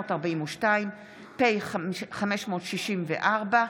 פ/689/24, פ/555/24,